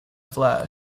flash